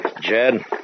Jed